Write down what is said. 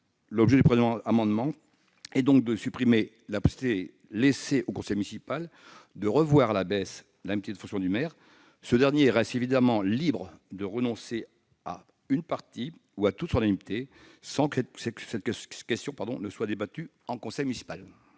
L'objet du présent amendement est donc de supprimer la possibilité laissée au conseil municipal de revoir à la baisse l'indemnité de fonction du maire. Ce dernier reste évidemment libre de renoncer à une partie ou à l'entièreté de son indemnité, sans que cette question soit débattue en conseil municipal.